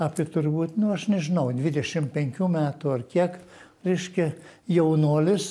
apie turbūt nu aš nežinau dvidešimt penkių metų ar kiek reiškia jaunuolis